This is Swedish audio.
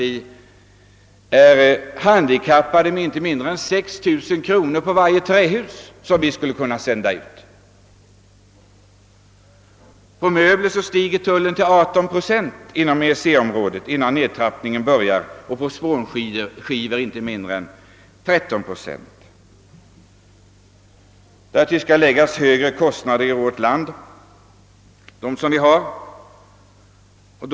Vi är alltså handikappade med 6 000 kronor på varje trähus som vi skulle kunna sända ut. På möbler stiger tullen till 18 procent inom EEC-området innan nedtrappningen börjar, och för spånmaskiner till 13 procent. Därtill skall läggas att kostnadsläget i vårt land är högre än i EEC-staterna.